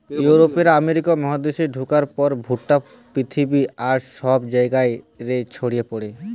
ইউরোপীয়রা আমেরিকা মহাদেশে ঢুকার পর ভুট্টা পৃথিবীর আর সব জায়গা রে ছড়ি পড়ে